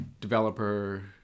developer